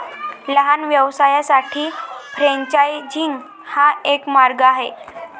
लहान व्यवसायांसाठी फ्रेंचायझिंग हा एक मार्ग आहे